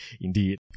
Indeed